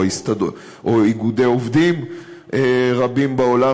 או איגודי עובדים רבים בעולם,